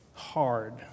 hard